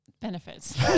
Benefits